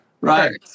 Right